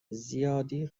زیادی